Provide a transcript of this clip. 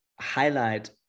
highlight